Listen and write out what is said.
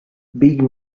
big